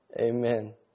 Amen